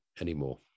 anymore